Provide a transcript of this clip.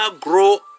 grow